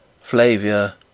Flavia